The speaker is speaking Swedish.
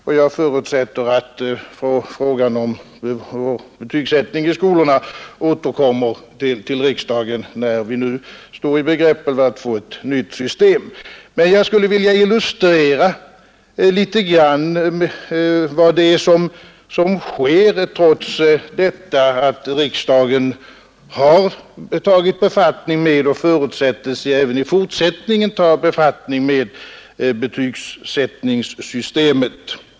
Och jag förutsätter att frågan om betygssättning i skolorna återkommer till riksdagen, när vi nu snart får ett nytt system. Men jag skulle vilja illustrera vad det är som sker trots talet om att riksdagen har tagit befattning med och förutsätts även i fortsättningen ta befattning med betygssättningssystemet.